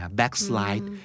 backslide